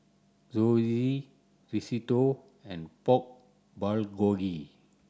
Zosui Risotto and Pork Bulgogi